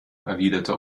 erwiderte